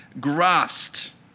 grasped